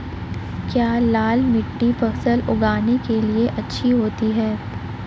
क्या लाल मिट्टी फसल उगाने के लिए अच्छी होती है?